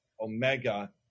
omega